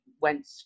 went